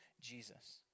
Jesus